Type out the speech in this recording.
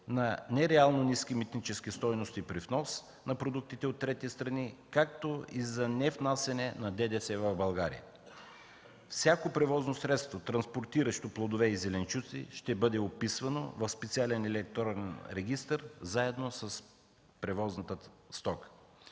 на нереално ниски митнически стойности при внос на продуктите от трети страни, както и за невнасяне на ДДС в България. Всяко превозно средство, транспортиращо плодове и зеленчуци, ще бъде описвано в специален електронен регистър заедно с превозната стока.